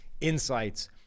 insights